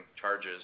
charges